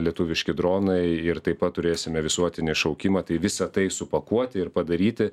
lietuviški dronai ir taip pat turėsime visuotinį šaukimą tai visą tai supakuoti ir padaryti